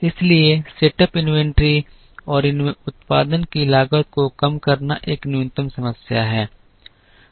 इसलिए setup inventory और उत्पादन की लागत को कम करना एक न्यूनतम समस्या है